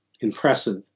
impressive